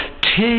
Take